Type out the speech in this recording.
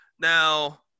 now